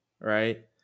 right